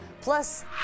Plus